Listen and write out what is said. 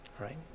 right